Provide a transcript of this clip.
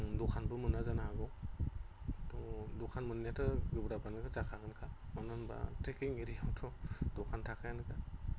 दखानबो मोना जानो हागौ थ' दखान मोननायाथ' गोब्राबआनो जाखागोनखा मानो होमबा ट्रेक्किं एरियाआवथ' दखान थाखायानोखा